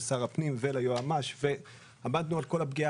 לשר הפנים וליועץ המשפטי ועמדנו על כל הפגיעה